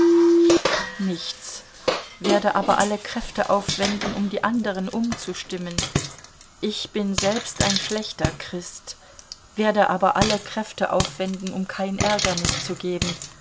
nichts werde aber alle kräfte aufwenden um die anderen umzustimmen ich bin selbst ein schlechter christ werde aber alle kräfte aufwenden um kein ärgernis zu geben